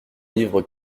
livre